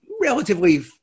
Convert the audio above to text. relatively